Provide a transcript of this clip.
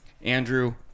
Andrew